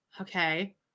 Okay